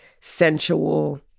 sensual